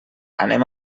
anem